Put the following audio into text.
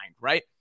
right